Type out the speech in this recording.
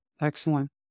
excellent